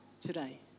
today